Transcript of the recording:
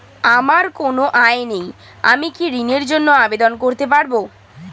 আমার কোনো আয় নেই আমি কি ঋণের জন্য আবেদন করতে পারব?